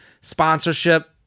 sponsorship